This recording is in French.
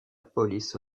police